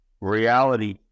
reality